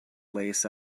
lace